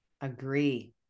Agree